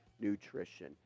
nutrition